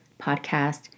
podcast